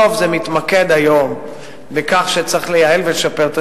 בסוף זה מתמקד היום בכך שצריך לייעל ולשפר את